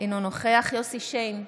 אינו נוכח יוסף שיין,